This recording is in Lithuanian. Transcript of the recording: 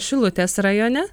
šilutės rajone